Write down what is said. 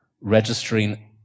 registering